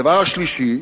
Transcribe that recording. הדבר השלישי,